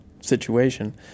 situation